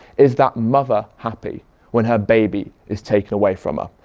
is that mother happy when her baby is taken away from her?